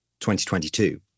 2022